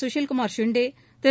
Sushil Kumar Shinde Thiru